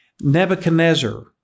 Nebuchadnezzar